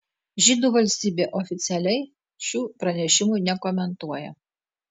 žydų valstybė oficialiai šių pranešimų nekomentuoja